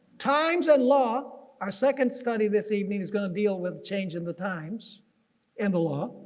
times and law. our second study this evening is gonna deal with change in the times and the law.